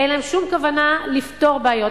אין להם שום כוונה לפתור בעיות.